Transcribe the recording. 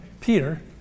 Peter